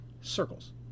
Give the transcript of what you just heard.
circles